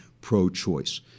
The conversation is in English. pro-choice